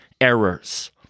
errors